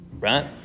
Right